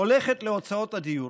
הולכת להוצאות הדיור,